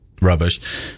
rubbish